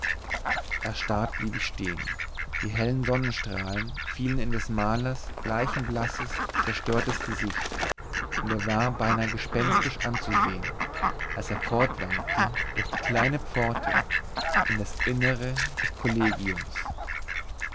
erstarrt blieb ich stehen die hellen sonnenstrahlen fielen in des malers leichenblasses zerstörtes gesicht und er war beinahe gespenstisch anzusehen als er fortwankte durch die kleine pforte in das innere des kollegiums